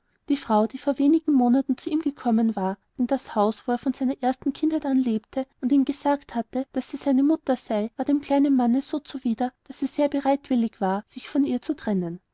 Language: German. die frau die vor wenig monaten zu ihm gekommen war in das haus wo er von seiner ersten kindheit an lebte und ihm gesagt hatte daß sie seine mutter sei war dem kleinen manne so zuwider daß er sehr bereitwillig war sich von ihr zu trennen